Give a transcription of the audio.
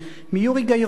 מיורי גיא-רון,